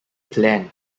plan